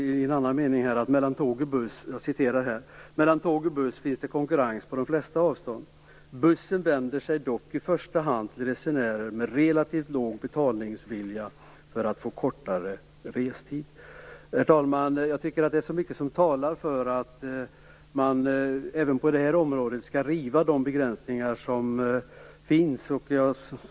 I en annan mening säger man: "Mellan tåg och buss finns det konkurrens på de flesta avstånd. Bussen vänder sig dock i första hand till resenerärer med relativt låg betalningsvilja för att få kortare restid." Herr talman! Jag tycker att mycket talar för att man även på det här området skall riva de begränsningar som finns.